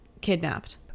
kidnapped